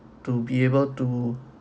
to be able to